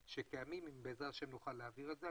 שקיימים ובעזרת השם נוכל להעביר את זה.